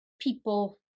people